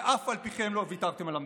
ואף על פי כן לא ויתרתם על המדינה.